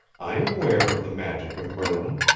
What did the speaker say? i am ware of the magic of merlin.